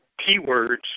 keywords